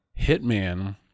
Hitman